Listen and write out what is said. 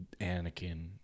Anakin